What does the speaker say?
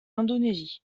indonésie